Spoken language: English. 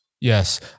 Yes